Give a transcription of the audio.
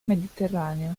mediterraneo